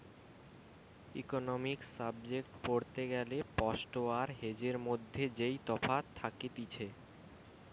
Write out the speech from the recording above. economics subject পড়তে গ্যালে spot আর হেজের মধ্যে যেই তফাৎ থাকতিছে